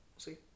see